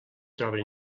troben